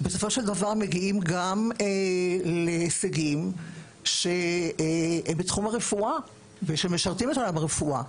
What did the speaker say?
בסופו של דבר מגיעים גם להישגים בתחום הרפואה ושמשרתים את עולם הרפואה,